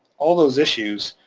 all those issues,